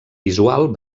visual